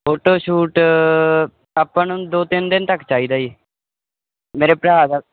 photoshoot ਆਪਾਂ ਨੂੰ ਦੋ ਤਿੰਨ ਦਿਨ ਤੱਕ ਚਾਹੀਦਾ ਜੀ ਮੇਰੇ ਭਰਾ ਦਾ